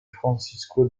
francisco